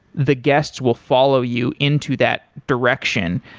the guests will follow you into that direction.